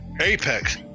Apex